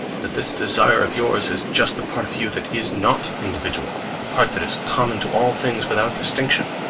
that this desire of yours is just the part of you that is not individual the part that is common to all things without distinction.